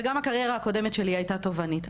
וגם הקריירה הקודמת שלי הייתה תובענית.